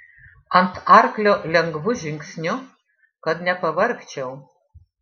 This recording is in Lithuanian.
ant arklio lengvu žingsniu kad nepavargčiau